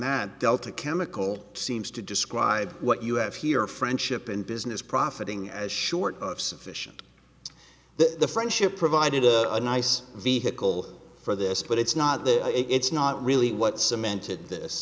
that delta chemical seems to describe what you have here friendship and business profiting as short of sufficient the friendship provided a nice vehicle for this but it's not there it's not really what cemented this